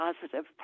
positive